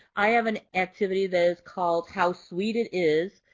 i have an activity that is called how sweet it is.